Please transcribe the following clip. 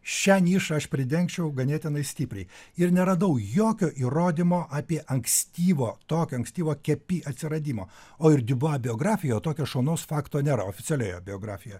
šią nišą aš pridengčiau ganėtinai stipriai ir neradau jokio įrodymo apie ankstyvo tokio ankstyvo kepi atsiradimą o ir diubua biografijoj tokio šaunaus fakto nėra oficialioj jo biografijoj